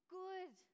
good